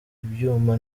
ibyuma